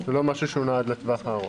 זה לא משהו שנועד לטווח הארוך.